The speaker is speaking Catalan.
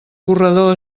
corredor